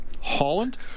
Holland